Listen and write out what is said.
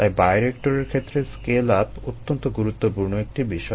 তাই বায়োরিয়েক্টরের ক্ষেত্রে স্কেল আপ অত্যন্ত গুরুত্বপূর্ণ একটি বিষয়